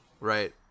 Right